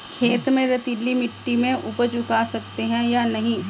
खेत में रेतीली मिटी में उपज उगा सकते हैं या नहीं?